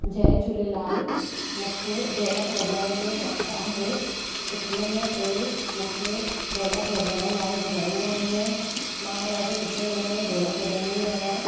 जय झूलेलाल मूंखे ढोलकु वॼाइण जो शौक़ु आहे सुखमनीअ ते मूंखे ढोलक वॼाइण लाइ घुराईंदा आहिनि मां ॾाढे सुठे नमूने ढोलकु वॼाईंदी आहियां